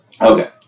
Okay